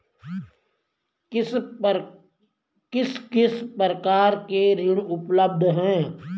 किस किस प्रकार के ऋण उपलब्ध हैं?